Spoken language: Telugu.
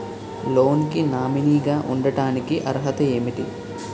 లోన్ కి నామినీ గా ఉండటానికి అర్హత ఏమిటి?